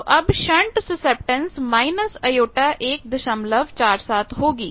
तो अब shunt susceptance j147 होगी